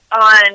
on